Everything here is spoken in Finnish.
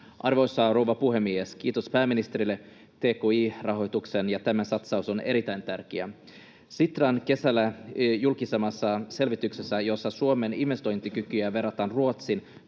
Arvoisa rouva puhemies! Kiitos pääministerille tki-rahoituksesta. Tämä satsaus on erittäin tärkeä. Sitran kesällä julkaisemassa selvityksessä, jossa Suomen investointikykyä verrataan Ruotsiin,